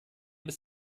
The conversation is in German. bis